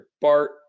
bart